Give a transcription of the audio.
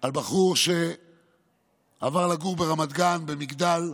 על בחור שעבר לגור ברמת גן במגדל.